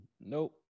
Nope